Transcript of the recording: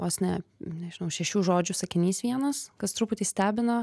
vos ne nežinau šešių žodžių sakinys vienas kas truputį stebina